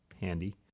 handy